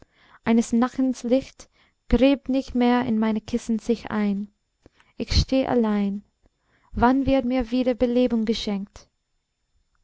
eines nackens licht gräbt nicht mehr in meine kissen sich ein ich steh allein wann wird mir wieder belebung geschenkt